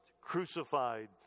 crucified